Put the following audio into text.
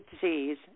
disease